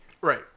right